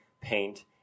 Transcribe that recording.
paint